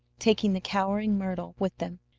taking the cowering myrtle with them,